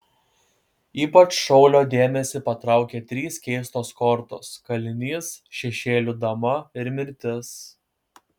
ypač šaulio dėmesį patraukia trys keistos kortos kalinys šešėlių dama ir mirtis